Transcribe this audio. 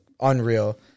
unreal